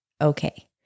okay